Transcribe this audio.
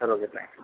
சரி okay thanks